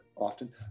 often